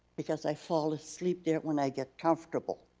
because i fall asleep there when i get comfortable.